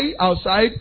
outside